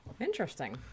Interesting